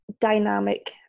dynamic